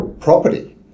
property